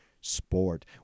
sport